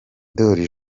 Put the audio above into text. ndoli